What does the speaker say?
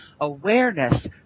awareness